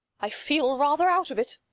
i feel rather out of it.